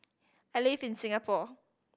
I live in Singapore